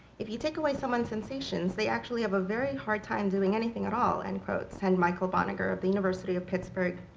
if you take away someone's sensation's, they actually have a very hard time doing anything at all end quote, said michael banagher of the university of pittsburgh.